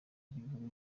ry’ibihugu